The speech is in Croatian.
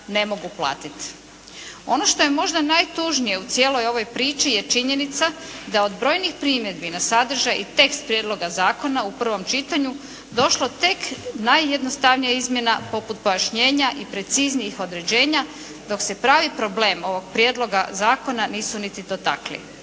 ne mogu platiti. Ono to je možda najtužnije u cijeloj ovoj priči je činjenica da od brojnih primjedbi na sadržaj i tekst prijedloga zakona u prvom čitanju došla tek najjednostavnija izmjena poput pojašnjenja i preciznijih određenja dok se pravi problem ovog prijedloga zakona nisu niti dotakli.